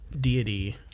deity